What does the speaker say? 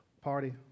party